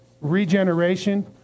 regeneration